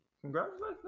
congratulations